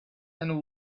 and